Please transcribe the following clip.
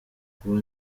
kuba